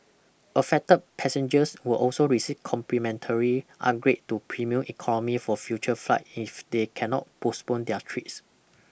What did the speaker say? affected passengers will also receive complimentary upgrade to premium economy for future flights if they cannot postpone their trips